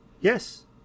Yes